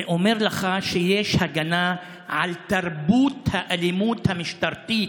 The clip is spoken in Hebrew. זה אומר לך שיש הגנה על תרבות האלימות המשטרתית,